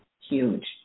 Huge